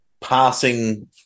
passing